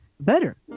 better